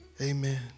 Amen